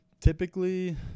typically